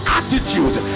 attitude